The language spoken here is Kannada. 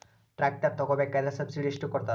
ಟ್ರ್ಯಾಕ್ಟರ್ ತಗೋಬೇಕಾದ್ರೆ ಸಬ್ಸಿಡಿ ಎಷ್ಟು ಕೊಡ್ತಾರ?